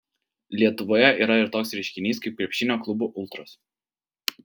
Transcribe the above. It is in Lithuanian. lietuvoje yra ir toks reiškinys kaip krepšinio klubų ultros